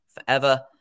forever